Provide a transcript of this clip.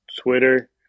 Twitter